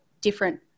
different